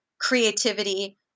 creativity